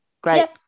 great